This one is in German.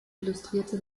illustrierte